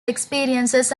experiences